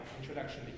Introduction